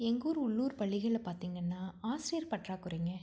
எங்கூர் உள்ளூர் பள்ளிகளில் பார்த்தீங்கன்னா ஆசிரியர் பற்றாக்குறைங்க